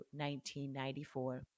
1994